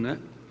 Ne.